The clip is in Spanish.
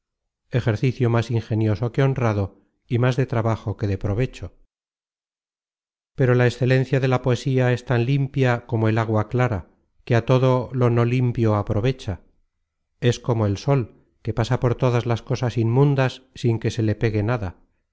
ejercicio más ingenioso que honrado y más de trabajo que de provecho pero la excelencia de la poesía es tan limpia como el agua clara que a todo lo no limpio aprovecha es como el sol que pasa por todas las cosas inmundas sin que se le pegue nada